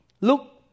look